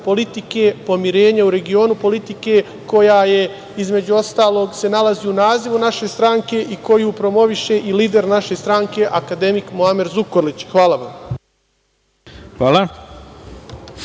politike pomirenja u regionu, politike koja se između ostalog nalazi u nazivu naše stranke i koju promoviše i lider naše stranke akademik Muamer Zukorlić. Hvala. **Ivica